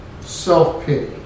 self-pity